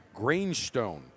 Grainstone